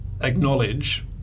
acknowledge